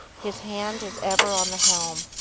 his hand is ever on the helm.